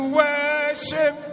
worship